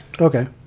Okay